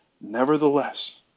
nevertheless